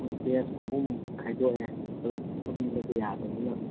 ꯃꯣꯏ ꯕꯦꯁ ꯑꯍꯨꯝ ꯈꯥꯏꯗꯣꯛꯑꯦ ꯄꯨꯂꯞ ꯐꯝꯕꯗꯤ ꯌꯥꯗꯃꯤꯅ